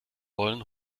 wollen